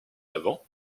avant